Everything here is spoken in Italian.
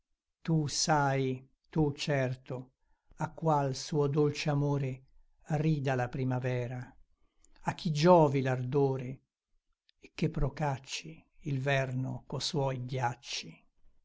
tu sai tu certo a qual suo dolce amore rida la primavera a chi giovi l'ardore e che procacci il verno co suoi ghiacci